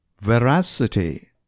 Veracity